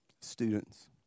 students